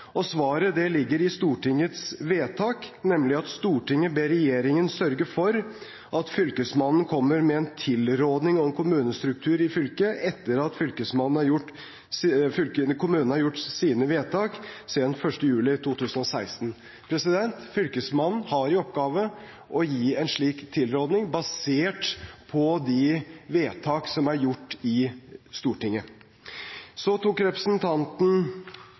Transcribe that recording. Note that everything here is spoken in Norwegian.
og svaret ligger i Stortingets vedtak, nemlig at «Stortinget ber regjeringa syta for at fylkesmennene kjem med sin tilråding om kommunestrukturen i fylket etter at kommunane har gjort sine vedtak seinast 1. juli 2016.» Fylkesmannen har i oppgave å gi en slik tilråding basert på de vedtak som er gjort i Stortinget. Representanten Helga Pedersen tok